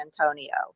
Antonio